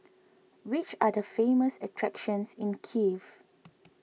which are the famous attractions in Kiev